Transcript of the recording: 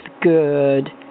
good